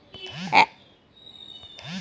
একজন ছোট চাষি কি শস্যবিমার পাওয়ার আছে?